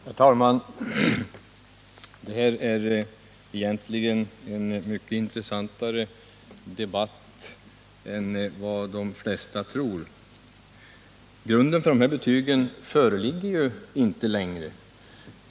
Herr talman! Det här är egentligen en mycket intressantare debatt än vad de flesta tror. Grunden för de här aktuella betygen föreligger ju inte längre.